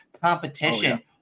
competition